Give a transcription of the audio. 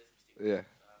ya